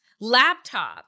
laptop